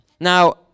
Now